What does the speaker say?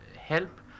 help